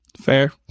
Fair